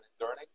learning